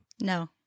No